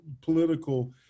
political